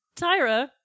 Tyra